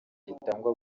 gitangwa